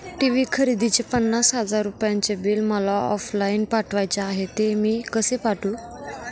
TV खरेदीचे पन्नास हजार रुपयांचे बिल मला ऑफलाईन पाठवायचे आहे, ते मी कसे पाठवू?